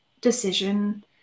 decision